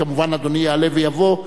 כמובן אדוני יעלה ויבוא,